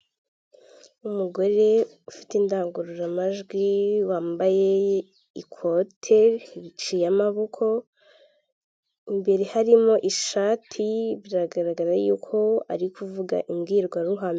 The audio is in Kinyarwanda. Umugore ufite indangururamajwi wambaye ikote riciye amaboko, imbere harimo ishati biragaragara yuko ari kuvuga imbwirwaruhame.